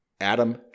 Adam